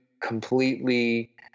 completely